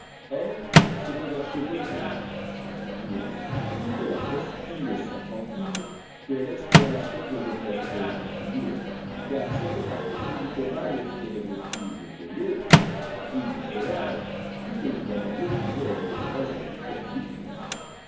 or c'était vers ce côté c'est-àdire sur toute la presqu'île serpentine que l'exploration devait être continuée car cette partie du littoral offrait des refuges que l'autre aride et sauvage eût évidemment refusés à des naufragés quels qu'ils fussent